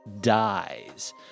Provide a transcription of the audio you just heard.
dies